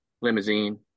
limousine